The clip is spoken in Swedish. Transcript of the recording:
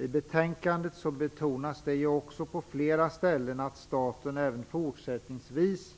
I betänkandet betonas det på flera ställen att staten även fortsättningsvis